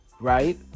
right